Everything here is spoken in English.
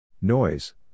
Noise